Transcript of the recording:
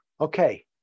okay